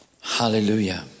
Hallelujah